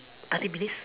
thirty minutes